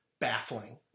baffling